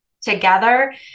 together